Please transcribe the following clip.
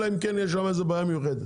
אלא אם כן יש שם איזו בעיה מיוחדת.